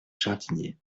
jardinier